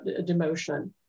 demotion